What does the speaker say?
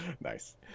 Nice